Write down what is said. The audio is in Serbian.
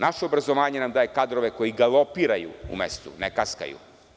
Naše obrazovanje nam daje kadrove koji galopiraju u mestu, ne kaskaju.